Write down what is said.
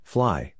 Fly